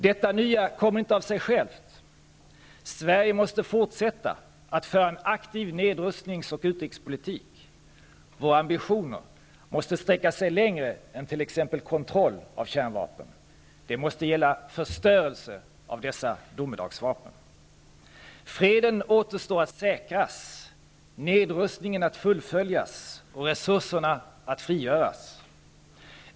Detta nya kommer inte av sig självt. Sverige måste fortsätta att föra en aktiv nedrustnings och utrikespolitik. Våra ambitioner måste sträcka sig längre än till t.ex. kontroll av kärnvapen. De måste gälla förstörelse av dessa domedagsvapen. Freden återstår att säkras, nedrustningen att fullföljas och resurserna att frigöras.